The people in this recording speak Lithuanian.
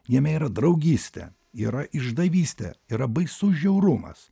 jame yra draugystė yra išdavystė yra baisus žiaurumas